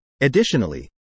Additionally